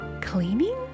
Cleaning